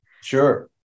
Sure